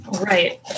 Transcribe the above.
Right